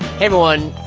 hey, everyone.